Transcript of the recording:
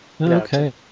Okay